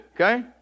Okay